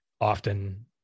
often